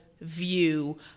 view